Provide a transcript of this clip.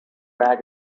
rag